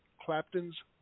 Clapton's